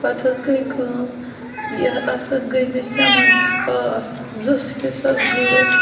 پَتہٕ حظ گٔے کٲم یہِ اَتھ حظ گٔے مےٚ سٮ۪منٛزس فاس زٕ حِصہٕ حظ گٲس